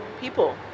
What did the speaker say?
people